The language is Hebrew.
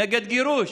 נגד גירוש.